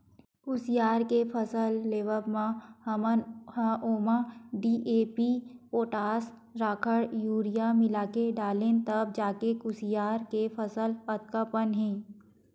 कुसियार के फसल लेवब म हमन ह ओमा डी.ए.पी, पोटास, राखड़, यूरिया मिलाके डालेन तब जाके कुसियार के फसल अतका पन हे